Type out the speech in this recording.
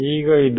ಈಗ ಇದು